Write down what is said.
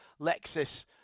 Lexus